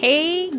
Hey